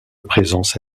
présence